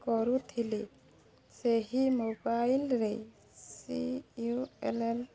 କରୁଥିଲେ ସେହି ମୋବାଇଲ୍ରେ ସି ୟୁ ଏଲ୍ ଏଲ୍